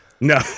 No